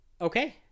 Okay